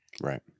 right